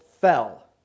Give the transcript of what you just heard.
fell